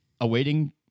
awaiting